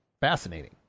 fascinating